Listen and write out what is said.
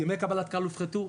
ימי קבלת קהל הופחתו,